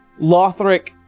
Lothric